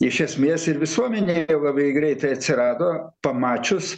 iš esmės ir visuomenėje labai greitai atsirado pamačius